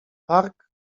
park